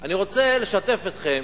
אני רוצה לשתף אתכם